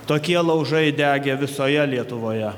tokie laužai degė visoje lietuvoje